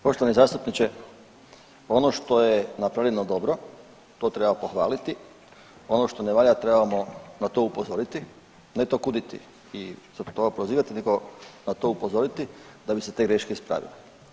Poštovani zastupniče ono što je napravljeno dobro to treba pohvaliti, ono što ne valja trebamo na to upozoriti, ne to kuditi i zbog toga prozivati nego na to upozoriti da bi se te greške ispravile.